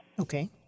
Okay